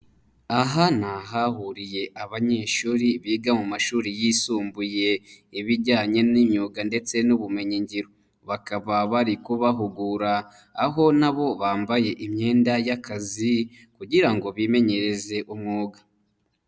Aha ni ahahuriye abanyeshuri biga mu mashuri yisumbuye, ibijyanye n'imyuga ndetse n'ubumenyi ngiro, bakaba bari kubahugura, aho nabo bambaye imyenda y'akazi kugira ngo bimenyereze umwuga.